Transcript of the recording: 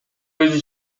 өзү